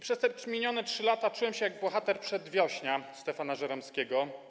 Przez minione 3 lata czułem się jak bohater „Przedwiośnia” Stefana Żeromskiego.